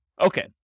Okay